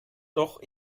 doch